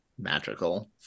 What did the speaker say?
magical